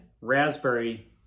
Raspberry